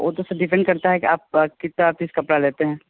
वो तो sir depend करता है की आप कितना पीस कपड़ा लेते हैं